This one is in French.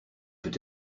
peut